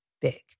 big